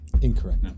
Incorrect